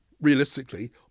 Realistically